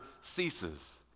ceases